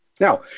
Now